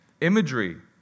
Imagery